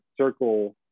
circle